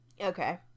Okay